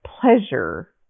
pleasure